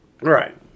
right